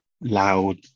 loud